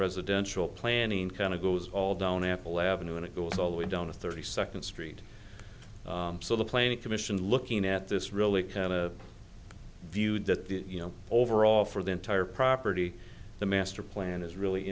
residential planning kind of goes all down apple avenue and it goes all the way down to thirty second street so the planning commission looking at this really kind of view that the you know overall for the entire property the master plan is really